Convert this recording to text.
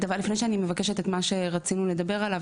לפני שאני מבקשת את מה שרצינו לדבר עליו,